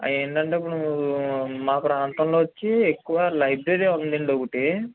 ఏంటంటే ఇప్పుడు మా ప్రాంతంలో వచ్చి ఎక్కువ లైబ్రరీ ఉందండి ఒకటి